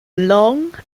long